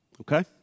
okay